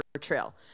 trail